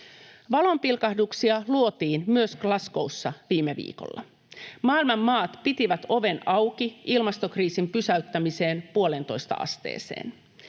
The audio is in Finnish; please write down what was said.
Valon pilkahduksia luotiin myös Glasgow’ssa viime viikolla. Maailman maat pitivät oven auki ilmastokriisin pysäyttämiseen 1,5 asteeseen.